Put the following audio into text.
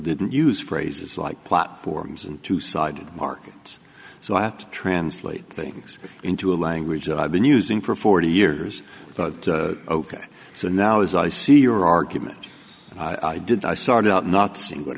didn't use phrases like platforms and two sided markets so i have to translate things into a language that i've been using for forty years but ok so now as i see your argument did i start out not seeing